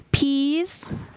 peas